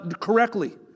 correctly